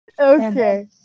Okay